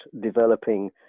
developing